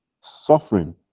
suffering